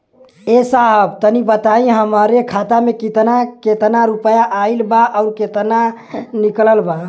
ए साहब तनि बताई हमरे खाता मे कितना केतना रुपया आईल बा अउर कितना निकलल बा?